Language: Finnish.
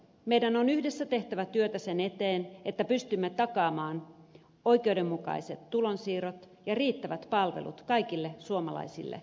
meidän on yhdessä tehtävä työtä sen eteen että pystymme takaamaan oikeudenmukaiset tulonsiirrot ja riittävät palvelut kaikille suomalaisille myös tulevaisuudessa